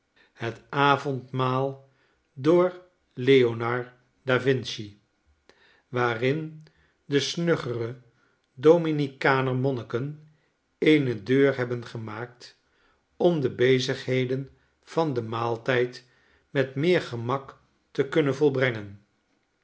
het avondmaal door leonard da vinci waarin de snuggere dominicaner monniken eene deur hebben gemaakt om de bezigheden van den maaltijd met meer gemak te kunnen volbrengen